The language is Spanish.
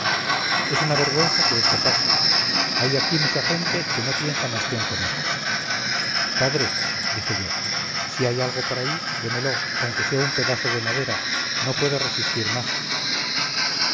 es una vergüenza que esto pase hay aquí mucha gente que no piensa más que en comer padre dije yo si hay algo por ahí démelo aunque sea un pedazo de madera no puedo resistir más